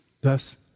Thus